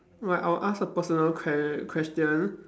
like I will ask a personal que~ question